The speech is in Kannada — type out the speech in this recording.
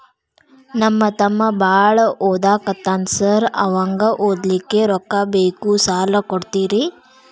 ನಮ್ಮ ತಮ್ಮ ಬಾಳ ಓದಾಕತ್ತನ ಸಾರ್ ಅವಂಗ ಓದ್ಲಿಕ್ಕೆ ರೊಕ್ಕ ಬೇಕು ಸಾಲ ಕೊಡ್ತೇರಿ?